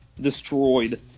destroyed